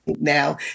now